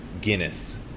Guinness